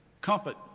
Comfort